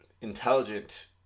intelligent